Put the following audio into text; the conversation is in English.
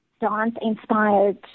dance-inspired